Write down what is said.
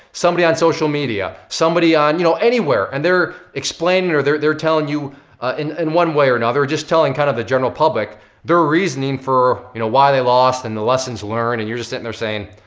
somebody on social media, somebody on you know anywhere, and they're explaining or they're they're telling you and in one way or another, just telling kind of the general public their reasoning for you know why they lost and the lessons learned, and you're just sitting there saying,